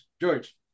George